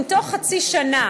אם תוך חצי שנה